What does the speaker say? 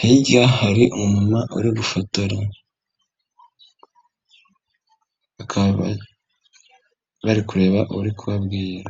hirya hari umuntu uri gufotora bakaba bari kureba uri kubabwira.